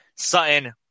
Sutton